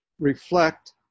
reflect